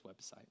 website